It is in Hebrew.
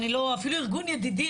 אפילו ארגון "ידידים",